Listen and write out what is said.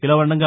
ఇలా ఉండగా